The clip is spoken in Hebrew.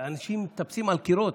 אנשים מטפסים על קירות.